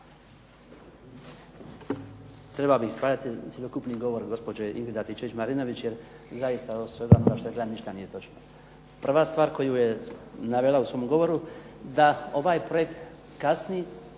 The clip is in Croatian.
Trebao bih ispravljati cjelokupni govor gospođe Ingrid Antičević-Marinović jer zaista ovo sve što je rekla ništa nije točno. Prva stvar koju je navela u svom govoru, da ovaj projekt kasni